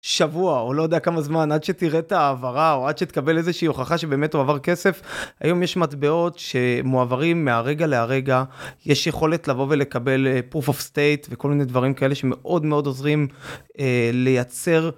שבוע או לא יודע כמה זמן עד שתראה את העברה או עד שתקבל איזושהי הוכחה שבאמת הוא עבר כסף היום יש מטבעות שמועברים מהרגע לרגע יש יכולת לבוא ולקבל וכל מיני דברים כאלה שמאוד מאוד עוזרים לייצר.